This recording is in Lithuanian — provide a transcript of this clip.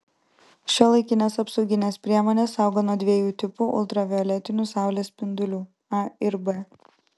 šiuolaikinės apsauginės priemonės saugo nuo dviejų tipų ultravioletinių saulės spindulių a ir b